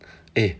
eh